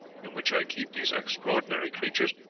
in which i keep these extraordinary creatures,